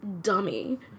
dummy